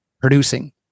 producing